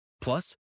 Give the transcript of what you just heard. Plus